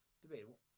Debatable